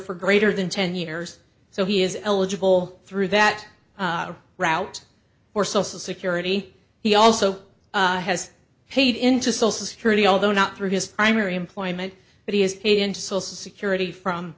for greater than ten years so he is eligible through that route for social security he also has paid into social security although not through his primary employment but he has paid into social security from